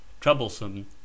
troublesome